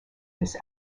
this